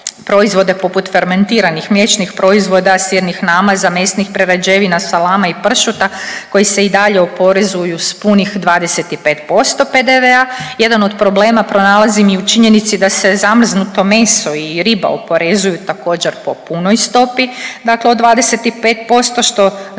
proizvode poput fermentiranih mliječnih proizvoda, sirnih namaza, mesnih prerađevina, salama i pršuta koji se i dalje oporezuju s punih 25% PDV-a. Jedan od problema pronalazim i u činjenici da se zamrznuto meso i riba oporezuju također po punoj stopi dakle od 25% što znatno